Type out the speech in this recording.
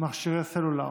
מכשירי סלולר.